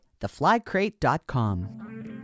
theflycrate.com